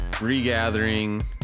Regathering